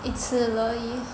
一次而已